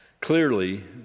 Clearly